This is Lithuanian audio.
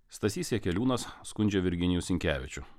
stasys jakeliūnas skundžia virginijų sinkevičių